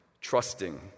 trusting